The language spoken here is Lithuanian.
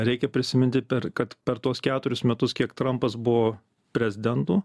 reikia prisiminti per kad per tuos keturis metus kiek trampas buvo prezidentu